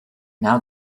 now